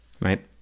right